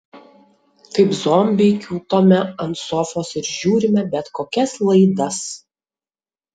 kaip zombiai kiūtome ant sofos ir žiūrime bet kokias laidas